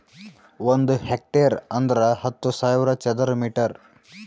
ಒಂದ್ ಹೆಕ್ಟೇರ್ ಅಂದರ ಹತ್ತು ಸಾವಿರ ಚದರ ಮೀಟರ್